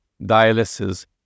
dialysis